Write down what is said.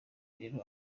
rero